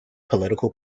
political